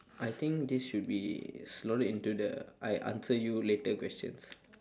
I think this should be slowly into the I answer you later questions